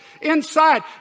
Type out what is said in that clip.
inside